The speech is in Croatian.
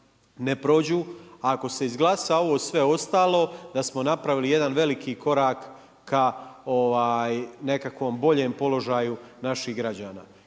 ne prođu, ako se izglasa ovo sve ostalo da smo napravili jedan veliki korak k nekakvom boljem položaju naših građana.